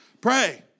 pray